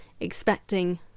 expecting